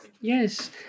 Yes